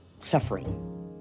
suffering